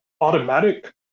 automatic